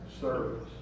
Service